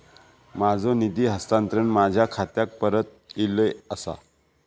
माझो निधी हस्तांतरण माझ्या खात्याक परत इले आसा